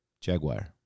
Jaguar